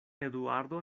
eduardo